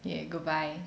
yeah good buy